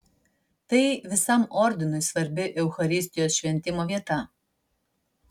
tai visam ordinui svarbi eucharistijos šventimo vieta